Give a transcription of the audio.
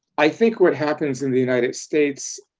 i think what happens in the united states